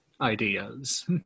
ideas